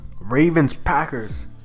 Ravens-Packers